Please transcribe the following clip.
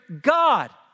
God